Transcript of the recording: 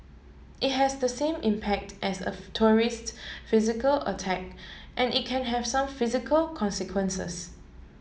it has the same impact as a tourist physical attack and it can have some physical consequences